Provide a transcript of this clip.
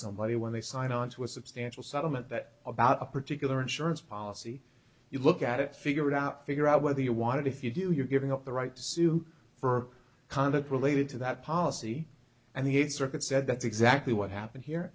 somebody when they sign on to a substantial settlement that about a particular insurance policy you look at it figure out figure out whether you want to if you do you're giving up the right to sue for conduct related to that policy and the circuit said that's exactly what happened here